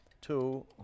two